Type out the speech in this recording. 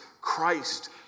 Christ